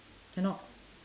cannot